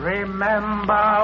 Remember